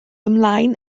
ymlaen